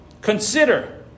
Consider